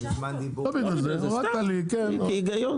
היגיון.